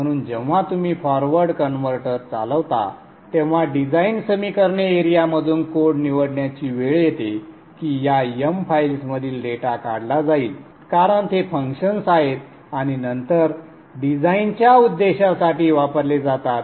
म्हणून जेव्हा तुम्ही फॉरवर्ड कन्व्हर्टर चालवता तेव्हा डिझाईन समीकरणे एरियामधून कोड निवडण्याची वेळ येते की या m फाईल्समधील डेटा काढला जाईल कारण ते फंक्शन्स आहेत आणि नंतर डिझाइनच्या उद्देशांसाठी वापरले जातात